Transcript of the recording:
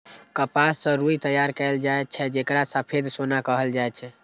कपास सं रुई तैयार कैल जाए छै, जेकरा सफेद सोना कहल जाए छै